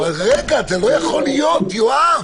רגע, זה לא יכול להיות, יואב.